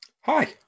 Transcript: hi